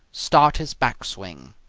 start his back swing.